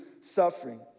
suffering